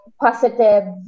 positive